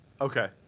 Okay